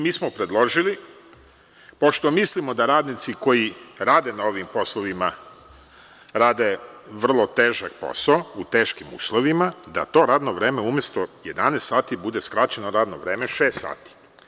Mi smo predložili, pošto mislimo da radnici koji rade na ovim poslovima rade vrlo težak posao, u teškim uslovima, da to radno vreme umesto 11 sati bude skraćeno na radno vreme od šest sati.